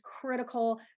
critical